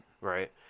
Right